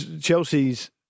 Chelsea's